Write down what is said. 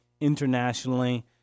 internationally